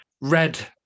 Red